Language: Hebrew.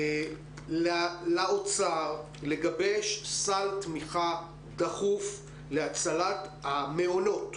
לאוצר, לגבש סל תמיכה דחוף להצלת המעונות.